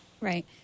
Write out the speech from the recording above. Right